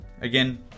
again